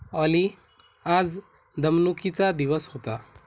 ऑली आज दमणुकीचा दिवस होता